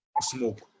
smoke